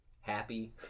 happy